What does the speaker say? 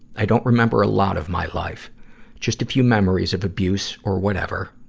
i don't remember a lot of my life just a few memories of abuse or whatever.